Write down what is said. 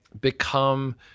become